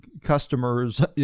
customers